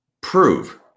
prove